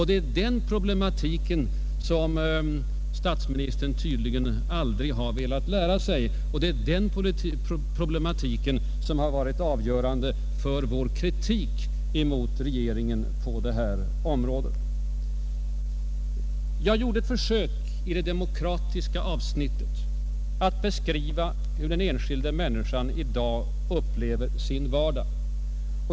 Det är den problematiken som statsministern tydligen aldrig har velat lära sig, och det är den problematiken som varit avgörande för vår kritik emot regeringen på det här området. Jag gjorde i avsnittet om demokratin ett försök att beskriva hur den enskilda människan upplever sin vardag.